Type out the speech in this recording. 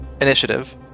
Initiative